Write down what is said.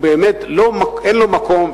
באמת אין לו מקום,